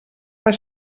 per